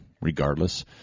regardless